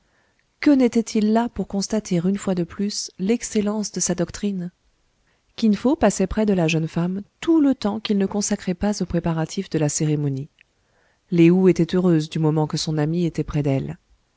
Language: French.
que n'était-il là pour constater une fois de plus l'excellence de sa doctrine kin fo passait près de la jeune femme tout le temps qu'il ne consacrait pas aux préparatifs de la cérémonie lé ou était heureuse du moment que son ami était près d'elle